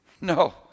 No